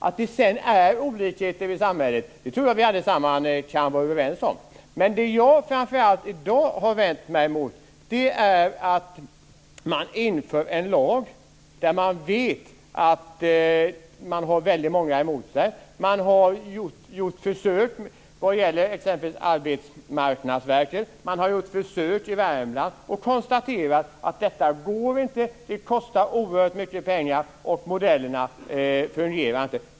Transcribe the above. Att det sedan är olikheter i samhället tror jag att vi alla kan vara överens om. Men det som jag i dag framför allt har vänt mig emot är att man föreslår införandet av en lag, trots att man vet att man har väldigt många emot sig. Man har gjort försök t.ex. när det gäller Arbetsmarknadsverket, och man har gjort försök i Värmland och konstaterat att detta inte går, att det kostar oerhört mycket pengar och att modellerna inte fungerar.